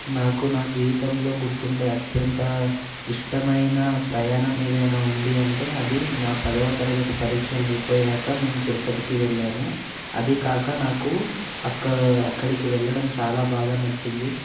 నాకు నా జీవితంలో గుర్తుండే అత్యంత ఇష్టమైన ప్రయాణం ఏదైనా ఉంది అంటే అది నా పదవ తరగతి పరీక్షలు అయిపోయాక మేము తిరుపతికి వెళ్ళాము అదికాక నాకు అక్క అక్కడికి వెళ్ళడం చాలా బాగా నచ్చింది